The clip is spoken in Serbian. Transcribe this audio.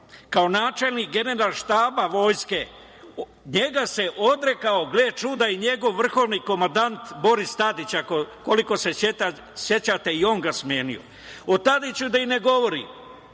kao načelnik Generalštaba vojske, njega se odrekao, gle čuda i njegov vrhovni komandant Boris Tadić, koliko se sećate i on ga smenio. O Tadiću da i ne govorim,